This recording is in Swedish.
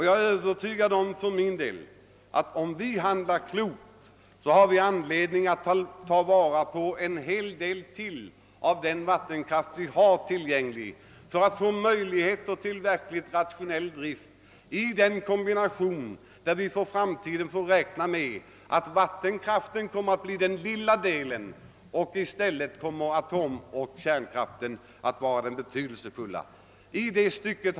Jag är för min del övertygad om att vi, om vi handlar klokt, har anledning att ta vara på ytterligare en hel del av den tillgängliga vattenkraften för att få möjligheter till verkligt rationell drift i den kombinerade produktion, vilken vi för framtiden får räkna med och i vilken vattenkraften kommer att bli den lilla delen medan kärnkraften kommer att spela den betydelsefullaste rollen.